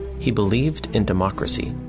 he believed in democracy.